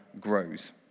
grows